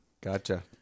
Gotcha